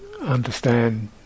understand